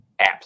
apps